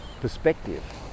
perspective